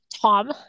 Tom